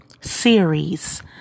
series